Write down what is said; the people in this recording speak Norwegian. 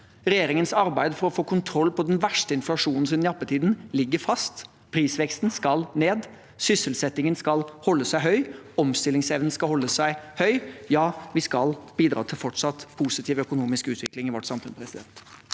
Regjeringens arbeid for å få kontroll på den verste inflasjonen siden jappetiden ligger fast. Prisveksten skal ned, sysselsettingen skal holde seg høy, og omstillingsevnen skal holde seg høy. Ja, vi skal bidra til fortsatt positiv økonomisk utvikling i vårt samfunn. Presidenten